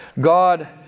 God